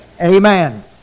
Amen